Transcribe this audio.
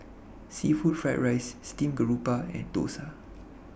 Seafood Fried Rice Steamed Garoupa and Dosa